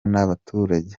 n’abaturage